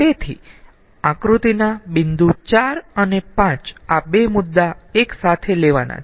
તેથી આકૃતિના બિંદુ 4 અને 5 આ બે મુદ્દા એક સાથે લેવાના છે